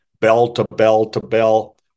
bell-to-bell-to-bell